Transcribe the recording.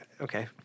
Okay